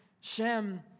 Shem